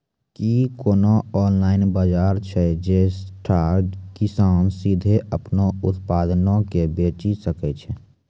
कि कोनो ऑनलाइन बजार छै जैठां किसान सीधे अपनो उत्पादो के बेची सकै छै?